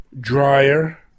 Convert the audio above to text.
dryer